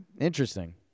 interesting